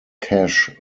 cache